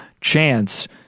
chance